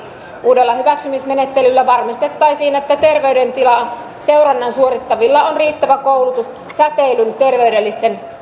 uudella hyväksymismenettelyllä varmistettaisiin että terveydentilan seurannan suorittavilla on riittävä koulutus säteilyn terveydellisten